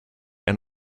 and